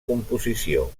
composició